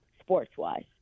sports-wise